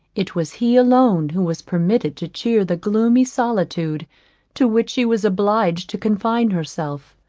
it was he alone who was permitted to cheer the gloomy solitude to which she was obliged to confine herself.